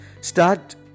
Start